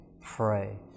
pray